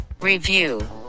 review